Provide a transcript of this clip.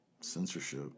censorship